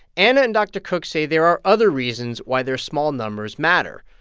anna and dr. cook say there are other reasons why their small numbers matter.